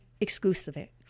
exclusively